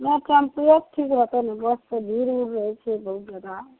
नहि टेम्पुएसे ठीक रहतै ने बससे भीड़ उड़ रहै छै बहुत जादा